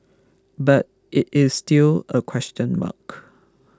but it is still a question mark